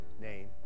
name